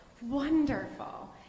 wonderful